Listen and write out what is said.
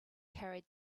carried